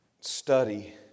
study